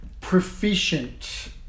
proficient